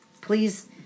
Please